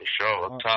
sure